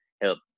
help